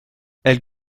elle